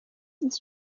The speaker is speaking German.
ist